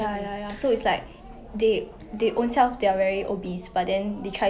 not want an hourglass figure and have like just skin and bone then after that it's like